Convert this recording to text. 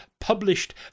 published